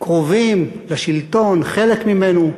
קרובים לשלטון, חלק ממנו,